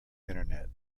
internet